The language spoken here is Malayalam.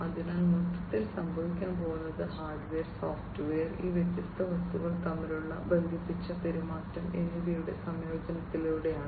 അതിനാൽ മൊത്തത്തിൽ സംഭവിക്കാൻ പോകുന്നത് ഹാർഡ്വെയർ സോഫ്റ്റ്വെയർ ഈ വ്യത്യസ്ത വസ്തുക്കൾ തമ്മിലുള്ള ബന്ധിപ്പിച്ച പെരുമാറ്റം എന്നിവയുടെ സംയോജനത്തിലൂടെയാണ്